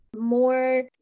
more